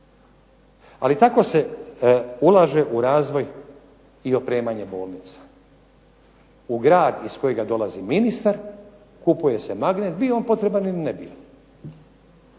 Ali tako se ulaže u razvoj i opremanje bolnica. U grad iz kojega dolazi ministar kupuje se magnet bio on potreban ili ne bio,